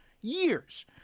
years